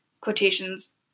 quotations